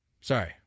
sorry